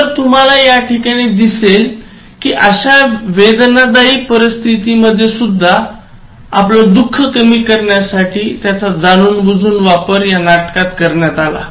तर तुम्हाला याठिकाणी दिसेल कि अश्या वेदनादायी परिथितीमधेय सुद्धा आपलं दुःख कमी करण्यासाठी त्याचा जाणूनबुजून वापर या नाटकात करण्यात आला आहे